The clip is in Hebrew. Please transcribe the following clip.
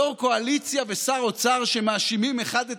יושב-ראש קואליציה ושר אוצר שמאשימים אחד את